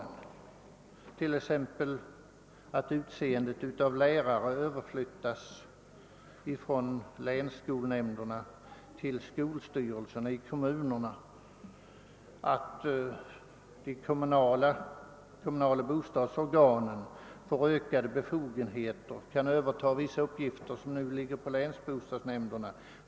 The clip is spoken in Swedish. Så t.ex. bör utseendet av lärare kunna överflyttas från länsskolnämnderna till skolstyrelserna, och de kommunala bostadsorganen bör kunna få ökade befogenheter och överta 'vissa uppgifter som nu ligger på länsbostadsnämnderna.